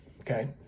okay